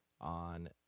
on